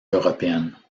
européenne